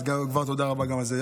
אז כבר תודה רבה גם על זה.